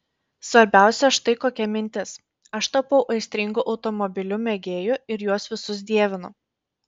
svarbiausia štai kokia mintis aš tapau aistringu automobilių mėgėju ir juos visus dievinu